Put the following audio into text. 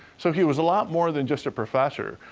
so he was a lot more than just a professor.